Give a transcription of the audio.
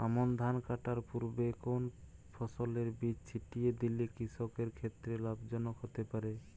আমন ধান কাটার পূর্বে কোন ফসলের বীজ ছিটিয়ে দিলে কৃষকের ক্ষেত্রে লাভজনক হতে পারে?